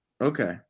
Okay